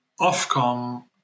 Ofcom